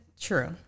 true